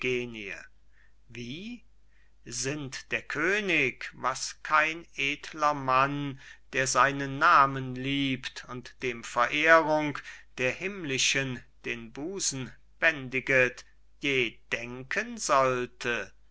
wie sinnt der könig was kein edler mann der seinen namen liebt und dem verehrung der himmlischen den busen bändiget je denken sollte